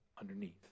underneath